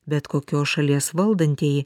bet kokios šalies valdantieji